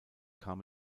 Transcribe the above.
kam